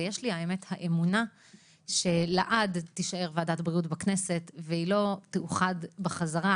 יש לי האמונה שלעד תישאר ועדת בריאות בכנסת והיא לא תאוחד בחזרה,